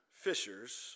fishers